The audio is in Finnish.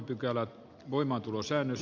tiusasen ehdotusta